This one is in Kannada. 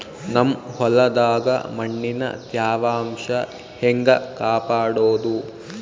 ನಮ್ ಹೊಲದಾಗ ಮಣ್ಣಿನ ತ್ಯಾವಾಂಶ ಹೆಂಗ ಕಾಪಾಡೋದು?